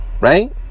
right